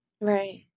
Right